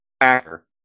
actor